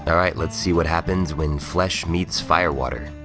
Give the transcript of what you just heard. all right, let's see what happens when flesh meets firewater.